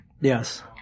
Yes